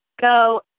go